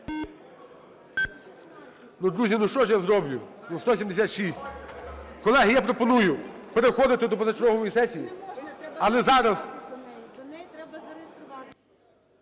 Ну, друзі, ну, що ж я зроблю. Ну, 176! Колеги, я пропоную переходити до позачергової сесії. Але зараз…